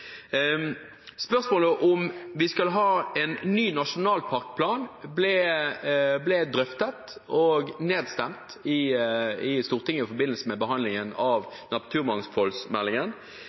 Spørsmålet om vi skal ha en ny nasjonalparkplan ble drøftet og nedstemt i Stortinget i forbindelse med behandlingen av